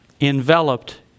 enveloped